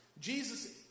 Jesus